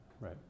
right